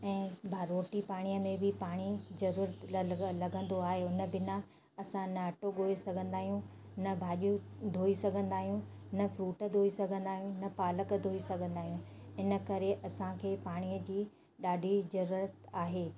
ऐं भ रोटी पाणीअ में बि पाणी जरूरत लग लगंदो आहे हुन बिना असां न अट्टो ॻोहे सघंदा आहियूं न भाॼियूं धोई सघंदा आहियूं न फ़्रूट धोई सघंदा आहियूं न पालक धोई सघंदा आहियूं इन करे असांखे पाणीअ जी ॾाढी जरूरत आहे